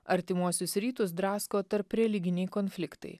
artimuosius rytus drasko tarpreliginiai konfliktai